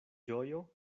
ĝojo